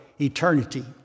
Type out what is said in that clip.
eternity